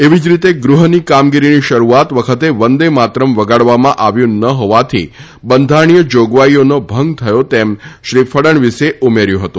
એવી જ રીતે ગૃહની કામગીરીની શરૂઆત વખતે વંદેમાતરમ વગાડવામાં આવ્યું ન હોવાથી બંધારણીય જોગવાઇનો ભંગ થયો ગણાથ તેમ શ્રી ફડણવીસે ઉમેર્યું હતું